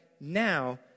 now